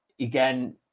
again